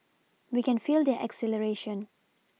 we can feel their exhilaration